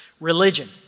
religion